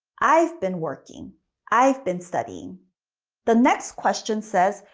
i've been working i've been studying the next question says,